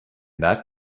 that